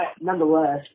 nonetheless